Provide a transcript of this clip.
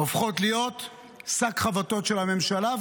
הופכות להיות שק חבטות של הממשלה,